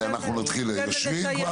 אנחנו נתחיל, יושבים כבר.